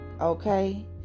okay